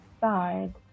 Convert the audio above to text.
side